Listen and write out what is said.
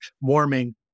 warming